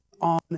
on